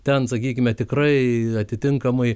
ten sakykime tikrai atitinkamai